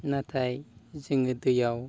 नाथाय जोङो दैयाव